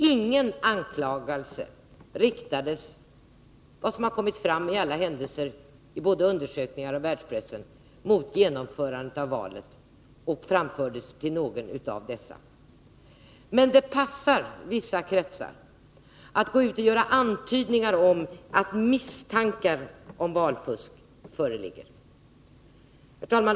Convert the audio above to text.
Ingen anklagelse mot genomförandet av valet framfördes — i alla händelser enligt vad som har kommit fram både i undersökningar och i världspressen — till någon av dessa. Men det passar vissa kretsar att göra antydningar om att misstankar om valfusk föreligger. Herr talman!